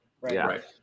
Right